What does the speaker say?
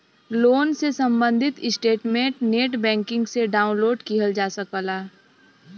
loan से सम्बंधित statement net banking से डाउनलोड किहल जा सकला